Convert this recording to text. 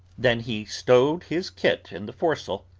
than he stowed his kit in the forecastle,